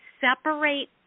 separate